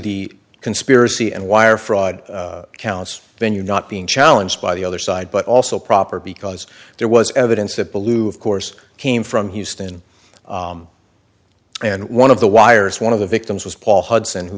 the conspiracy and wire fraud counts venue not being challenged by the other side but also proper because there was evidence that balloon of course came from houston and one of the wires one of the victims was paul hudson who